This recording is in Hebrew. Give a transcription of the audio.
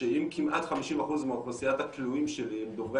שאם כמעט 50% מאוכלוסיית הכלואים שלי הם דוברי